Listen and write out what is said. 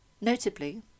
Notably